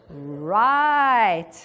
Right